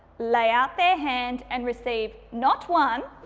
lay out their hand and receive not one,